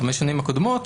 חמש השנים הקודמות,